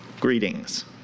Greetings